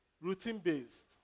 routine-based